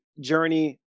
journey